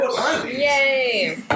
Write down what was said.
yay